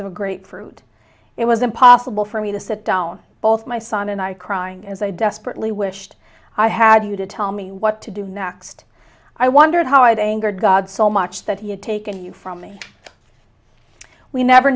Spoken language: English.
of a grapefruit it was impossible for me to sit down both my son and i crying as i desperately wished i had you to tell me what to do next i wondered how i had angered god so much that he had taken you from me we never